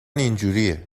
اینجوریه